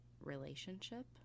relationship